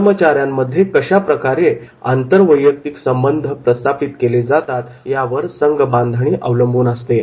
कर्मचाऱ्यांमध्ये कशाप्रकारे आंतरवैयक्तिक संबंध प्रस्थापित केले जातात यावर संघबांधणी अवलंबून असते